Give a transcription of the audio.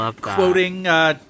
quoting